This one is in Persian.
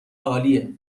عالیه